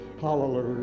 Hallelujah